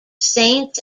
saints